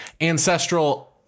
ancestral